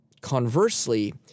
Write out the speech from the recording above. Conversely